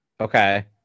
Okay